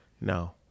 No